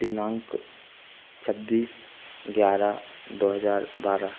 दिनांक छब्बीस ग्यारह दो हजार बारह